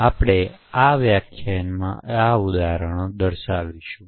તેથી આપણે આ વ્યાખ્યાનમાં આ ઉદાહરણો દર્શાવીશું